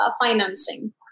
financing